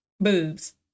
boobs